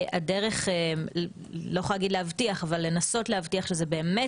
הדרך לנסות להטיח אני לא יכולה להגיד להבטיח אבל לנסות שזה באמת